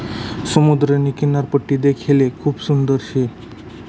समुद्रनी किनारपट्टी देखाले खूप सुंदर शे